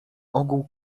ogół